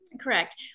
Correct